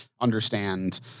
understand